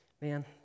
man